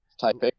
typing